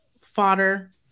fodder